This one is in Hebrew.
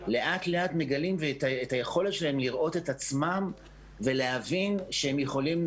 לאט לאט מגלים את היכולת שלהם לראות את עצמם ולהבין שהסיפור